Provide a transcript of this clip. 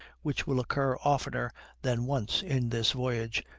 which will occur oftener than once in this voyage,